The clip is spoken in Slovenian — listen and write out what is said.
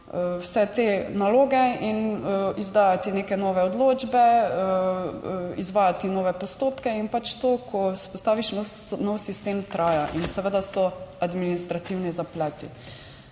vse te naloge in izdajati neke nove odločbe, izvajati nove postopke in pač to, ko vzpostaviš nov sistem, traja in seveda so administrativni zapleti.